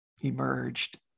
emerged